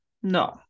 No